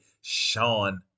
Sean